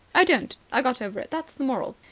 i don't. i got over it. that's the moral.